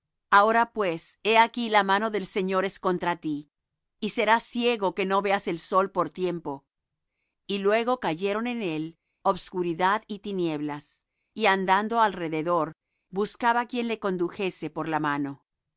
ahora pues he aquí la mano del señor es contra ti y serás ciego que no veas el sol por tiempo y luego cayeron en él obscuridad y tinieblas y andando alrededor buscaba quién le condujese por la mano